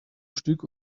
stück